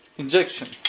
injection.